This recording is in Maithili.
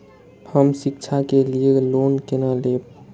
हम शिक्षा के लिए लोन केना लैब?